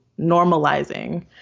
normalizing